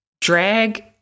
Drag